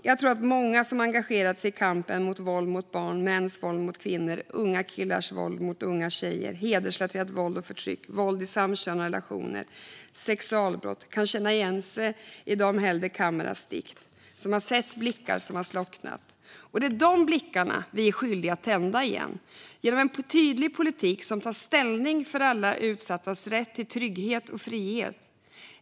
Jag tror att många som engagerat sig i kampen mot våld mot barn, mäns våld mot kvinnor, unga killars våld mot unga tjejer, hedersrelaterat våld och förtryck, våld i samkönade relationer och sexualbrott kan känna igen sig i Dom Hélder Câmaras dikt, om dem som har sett blickar som har slocknat. Det är dessa blickar vi är skyldiga att tända igen genom en tydlig politik som tar ställning för alla utsattas rätt till trygghet och frihet.